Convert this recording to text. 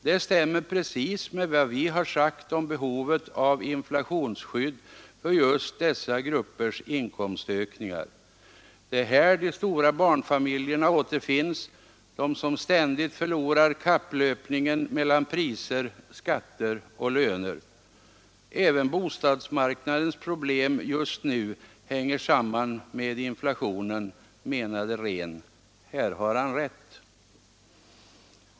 Det stämmer precis med vad vi har sagt om behovet av inflationsskydd för just dessa gruppers inkomstökningar. Det är här de stora barnfamiljegrupperna återfinns — de som ständigt förlorar kapplöpningen mellan priser—skatter och löner. Även bostadsmarknadens problem just nu hänger samman med inflationen, menade Rehn. Här har han rätt.